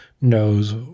knows